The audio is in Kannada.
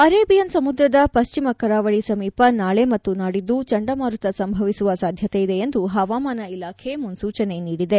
ಅರೇಬಿಯನ್ ಸಮುದ್ರದ ಪಶ್ಚಿಮ ಕರಾವಳಿ ಸಮೀಪ ನಾಳಿ ಮತ್ತು ನಾಡಿದ್ದು ಚಂಡಮಾರುತ ಸಂಭವಿಸುವ ಸಾಧ್ವತೆ ಇದೆ ಎಂದು ಹವಾಮಾನ ಇಲಾಖೆ ಮುನ್ನೂಚನೆ ನೀಡಿದೆ